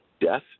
death